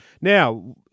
Now